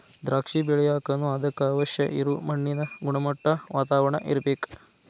ದ್ರಾಕ್ಷಿ ಬೆಳಿಯಾಕನು ಅದಕ್ಕ ಅವಶ್ಯ ಇರು ಮಣ್ಣಿನ ಗುಣಮಟ್ಟಾ, ವಾತಾವರಣಾ ಇರ್ಬೇಕ